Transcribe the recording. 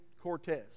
Cortez